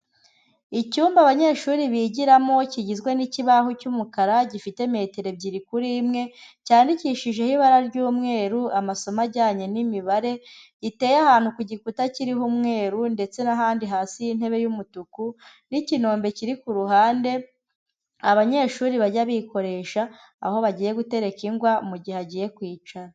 Icyumba abanyeshuri bigiramo kigizwe n'ikibaho cy'umukara gifite metero ebyiri kuri imwe, cyandikishijeho ibara ry'umweru, amasomo ajyanye n'imibare, giteye ahantu ku gikuta kiriho umweru ndetse n'ahandi hasi y'intebe y'umutuku n'ikinombe kiri ku ruhande abanyeshuri bajya bikoresha aho bagiye gutereka ingwa, mu gihe agiye kwicara.